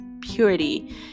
purity